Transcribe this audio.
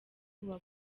buba